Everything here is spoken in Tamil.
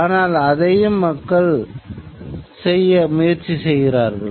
ஆனால் அதையும் மக்கள் முயற்சி செய்கிறார்கள்